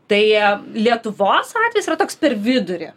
tai lietuvos atvejis yra toks per vidurį